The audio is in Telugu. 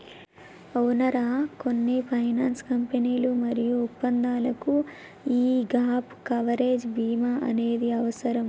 అవునరా కొన్ని ఫైనాన్స్ కంపెనీలు మరియు ఒప్పందాలకు యీ గాప్ కవరేజ్ భీమా అనేది అవసరం